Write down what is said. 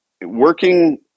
Working